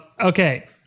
Okay